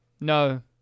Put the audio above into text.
No